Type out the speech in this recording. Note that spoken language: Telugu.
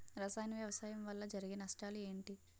రసాయన వ్యవసాయం వల్ల జరిగే నష్టాలు ఏంటి?